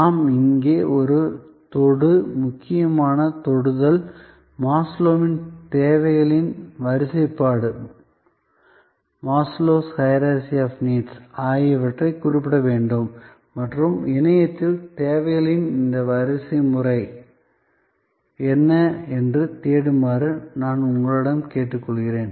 நாம் இங்கே ஒரு தொடு முக்கியமான தொடுதல் மாஸ்லோவின் தேவைகளின் வரிசைமுறை Maslow's hierarchy of needs ஆகியவற்றைக் குறிப்பிட வேண்டும் மற்றும் இணையத்தில் தேவைகளின் இந்த வரிசைமுறை என்ன என்று தேடுமாறு நான் உங்களிடம் கேட்டுக்கொள்கிறேன்